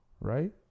Right